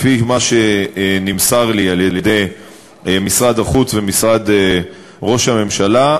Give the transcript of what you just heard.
לפי מה שנמסר לי על-ידי משרד החוץ ומשרד ראש הממשלה,